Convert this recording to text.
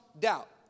doubt